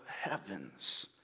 heavens